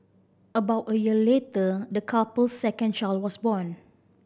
about a year later the couple's second child was born